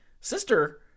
sister